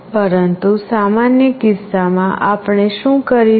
પરંતુ સામાન્ય કિસ્સામાં આપણે શું કરીશું